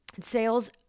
sales